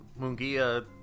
Mungia